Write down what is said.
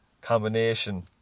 combination